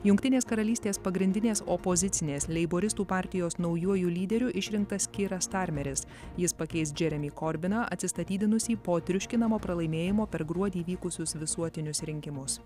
jungtinės karalystės pagrindinės opozicinės leiboristų partijos naujuoju lyderiu išrinktas kiras starmeris jis pakeis džeremį korbiną atsistatydinusį po triuškinamo pralaimėjimo per gruodį vykusius visuotinius rinkimus